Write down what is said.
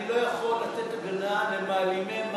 אני לא יכול לתת הגנה למעלימי מס.